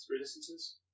resistances